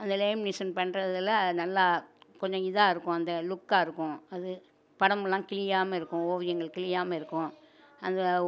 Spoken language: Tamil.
அந்த லேமினேஷன் பண்றதில் நல்லா கொஞ்சம் இதாக இருக்கும் அந்த லுக்காக இருக்கும் அது படமெல்லாம் கிழியாம இருக்கும் ஓவியங்கள் கிழியாம இருக்கும் அந்த